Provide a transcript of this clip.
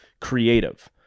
creative